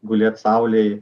gulėt saulėj